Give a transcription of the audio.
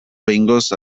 behingoz